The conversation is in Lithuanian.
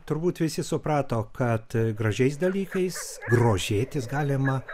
turbūt visi suprato kad gražiais dalykais grožėtis galima